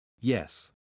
Yes